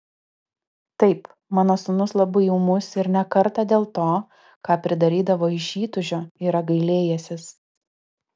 taip mano sūnus labai ūmus ir ne kartą dėl to ką pridarydavo iš įtūžio yra gailėjęsis